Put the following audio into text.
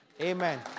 Amen